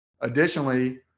Additionally